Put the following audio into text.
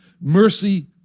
Mercy